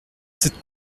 cette